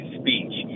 speech